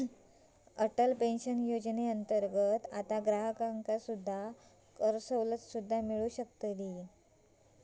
Atal pension योजनेअंतर्गत आता ग्राहकांका करसवलत सुद्दा मिळू शकतली